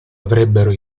avrebbero